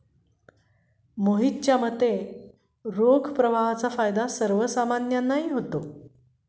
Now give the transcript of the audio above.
मोहितच्या मते, रोख प्रवाहाचा फायदा सर्वसामान्यांनाही होतो